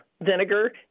vinegar